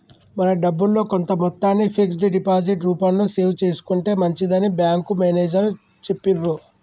మన డబ్బుల్లో కొంత మొత్తాన్ని ఫిక్స్డ్ డిపాజిట్ రూపంలో సేవ్ చేసుకుంటే మంచిదని బ్యాంకు మేనేజరు చెప్పిర్రు